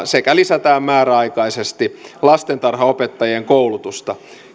sekä lisätään määräaikaisesti lastentarhaopettajien koulutusta